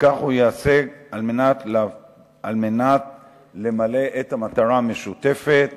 וכך הוא יעשה כדי להגשים את המטרה המשותפת